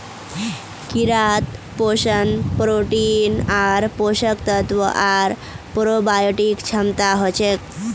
कीड़ात पोषण प्रोटीन आर पोषक तत्व आर प्रोबायोटिक क्षमता हछेक